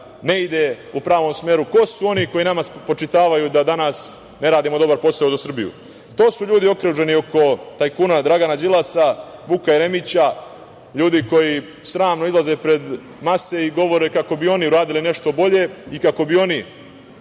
ne ide u pravom smeru, ko su oni koji nama spočitavaju da danas ne radimo dobar posao za Srbiju. To su ljudi okruženi oko tajkuna Dragana Đilasa, Vuka Jeremića, koji sramno izlaze pred mase i govore kako bi oni uradili nešto bolje i kako bi oni